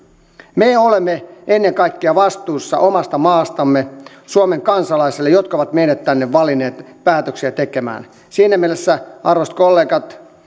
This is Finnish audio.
me olemme vastuussa omasta maastamme ennen kaikkea suomen kansalaisille jotka ovat meidät tänne valinneet päätöksiä tekemään siinä mielessä arvoisat kollegat